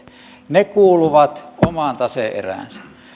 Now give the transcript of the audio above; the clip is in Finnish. ne kuuluvat omaan tase eräänsä